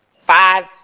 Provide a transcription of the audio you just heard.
five